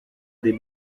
des